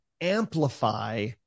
amplify